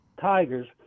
tigers